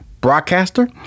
broadcaster